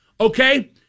Okay